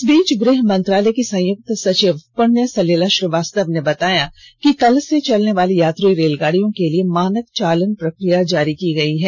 इस बीच गृह मंत्रालय की संयुक्त सचिव पुण्य सलीला श्रीवास्तव ने बताया कि कल से चलने वाली यात्री रेलगाडियों के लिए मानक चालन प्रक्रिया जारी की गयी है